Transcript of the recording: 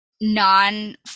non